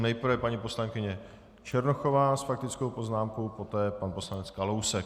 Nejprve paní poslankyně Černochová s faktickou poznámkou, poté pan poslanec Kalousek.